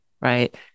right